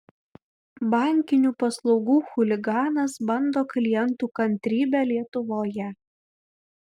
bankinių paslaugų chuliganas bando klientų kantrybę lietuvoje